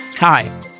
Hi